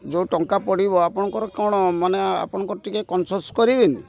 ଯେଉଁ ଟଙ୍କା ପଡ଼ିବ ଆପଣଙ୍କର କ'ଣ ମାନେ ଆପଣଙ୍କର ଟିକେ କନସସ୍ କରିବେନି